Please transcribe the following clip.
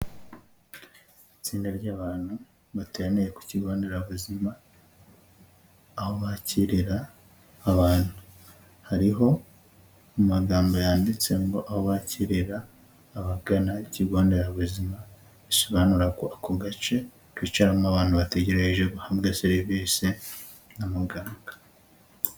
Itsinda ry'abantu bateraniye ku kigo nderabuzima, aho bakirira abantu. Hariho amagambo yanditse ngo ''aho bakirira abagana ikigo nderabuzima'', bisobanura ko ako gace kicaramo abantu bategereje bahabwa serivisi na muganga.